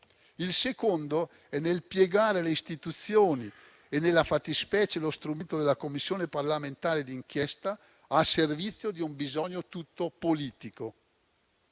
Il secondo è nel piegare le Istituzioni, nella fattispecie lo strumento della Commissione parlamentare d'inchiesta, al servizio di un bisogno tutto politico.